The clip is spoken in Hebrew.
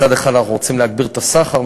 מצד אחד אנחנו רוצים להגביר את הסחר,